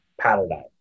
paradigm